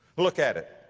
look at it,